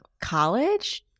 college